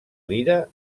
lira